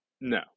No